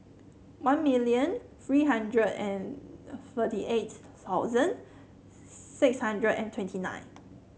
one million three hundred and thirty eight thousand six hundred and twenty nine